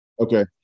Okay